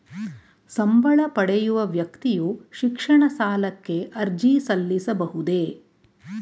ಸಂಬಳ ಪಡೆಯುವ ವ್ಯಕ್ತಿಯು ಶಿಕ್ಷಣ ಸಾಲಕ್ಕೆ ಅರ್ಜಿ ಸಲ್ಲಿಸಬಹುದೇ?